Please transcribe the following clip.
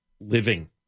living